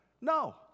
no